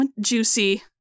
juicy